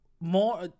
more